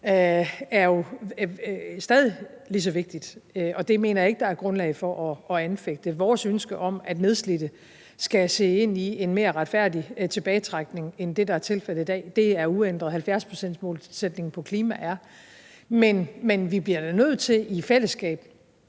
er jo stadig lige så vigtigt. Det mener jeg ikke at der er grundlag for at anfægte. Vores ønske om, at nedslidte skal se ind i en mere retfærdig tilbagetrækning end det, der er tilfældet i dag, er uændret. 70-procentsmålsætningen på klimaområdet er det samme. Men vi bliver da nødt til at